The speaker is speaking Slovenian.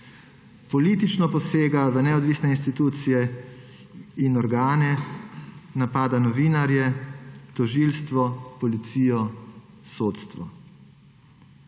Politično posega v neodvisne institucije in organe, napada novinarje, tožilstvo, policijo, sodstvo.